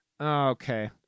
Okay